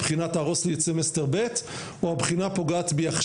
הבחינה תהרוס לי את סמסטר ב' או הבחינה